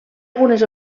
algunes